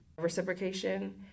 reciprocation